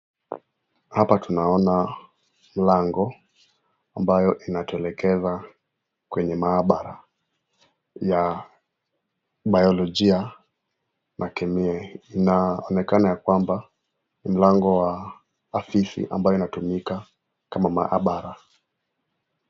Hapa tunaona lango ambayo inatuelekeza kwenye maabara ya biolojia na kemia inaonekana kwamba mlango wa ofifi inayotumika kama maabara.